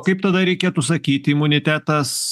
kaip tada reikėtų sakyti imunitetas